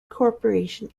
corporation